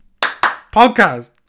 Podcast